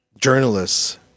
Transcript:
journalists